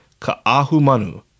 Ka'ahumanu